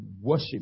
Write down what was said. worship